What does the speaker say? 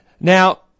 Now